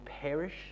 perish